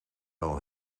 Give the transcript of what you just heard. wel